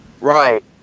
Right